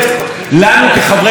כל מה שהיא רוצה זה לריב.